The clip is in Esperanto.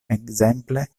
ekzemple